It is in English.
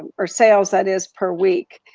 or sales that is per week.